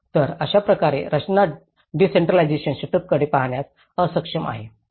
तर अशाप्रकारे रचना डिसेंट्रलाजेशन सेटअपकडे पाहण्यास अक्षम आहे